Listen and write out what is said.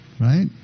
right